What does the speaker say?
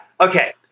okay